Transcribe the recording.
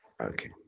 okay